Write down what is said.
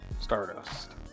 Stardust